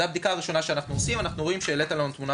זאת הבדיקה הראשונה שאנחנו עושים אנחנו רואים שהעלית תמונה